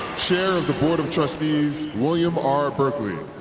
chair of the board of trustees, william r. berkley